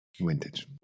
Vintage